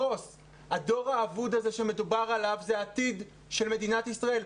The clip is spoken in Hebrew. הדור האבוד הזה שמדובר עליו זה העתיד של מדינת ישראל,